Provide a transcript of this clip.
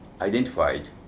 identified